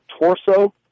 torso